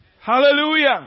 Hallelujah